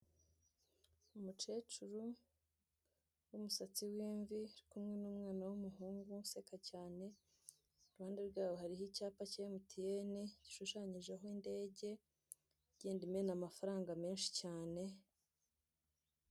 Umukecuru w'umusatsi w'imvi uri kumwe n'umwana w'umuhungu useka cyane, iruhande rwabo hariho icyapa cya MTN gishushanyijeho indege igenda imena amafaranga menshi cyane.